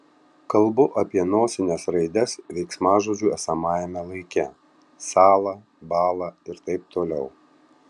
kalbu apie nosines raides veiksmažodžių esamajame laike sąla bąla ir taip toliau